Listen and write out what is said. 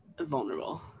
vulnerable